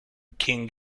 king